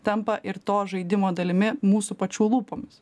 tampa ir to žaidimo dalimi mūsų pačių lūpomis